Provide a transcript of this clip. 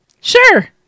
sure